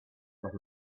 that